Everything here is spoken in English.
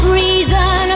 reason